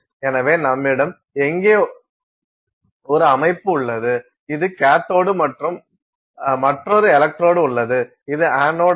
எனவே நம்மிடம் இங்கே ஒரு அமைப்பு உள்ளது இது கேத்தோடு மற்றும் மற்றொரு எலக்ட்ரோடு உள்ளது இது அனோட் ஆகும்